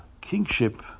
kingship